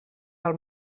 pel